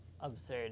Absurd